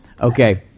Okay